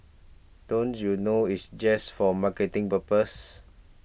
don't you know it's just for marketing purposes